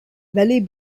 valley